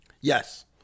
Yes